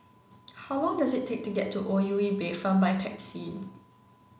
how long does it take to get to O U E Bayfront by taxi